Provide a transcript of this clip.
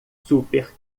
super